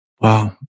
Wow